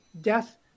death